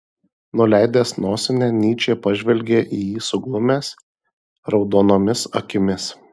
nuleidęs nosinę nyčė pažvelgė į jį suglumęs raudonomis akimis